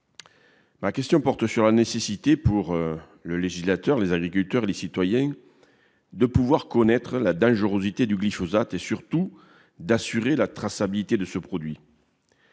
Ma question porte sur la nécessité pour le législateur, les agriculteurs et les citoyens de pouvoir connaître la dangerosité du glyphosate et, surtout, d'assurer la traçabilité de ce produit.